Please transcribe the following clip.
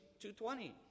2.20